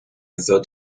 thought